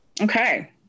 Okay